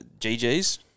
GGs